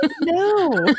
no